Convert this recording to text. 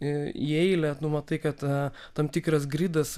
į eilę nu matai kad tam tikras gridas